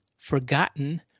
forgotten